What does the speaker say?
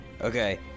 Okay